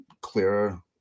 clearer